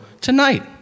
tonight